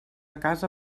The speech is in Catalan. casa